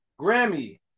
Grammy